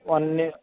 one in